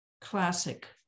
classic